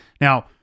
Now